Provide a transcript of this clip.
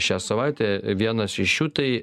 šią savaitę vienas iš jų tai